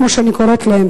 כמו שאני קוראת להם,